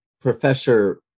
Professor